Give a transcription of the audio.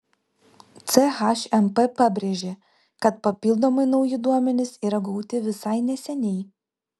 chmp pabrėžė kad papildomai nauji duomenys yra gauti visai neseniai